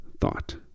thought